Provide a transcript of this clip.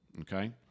Okay